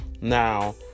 Now